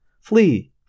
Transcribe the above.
Flee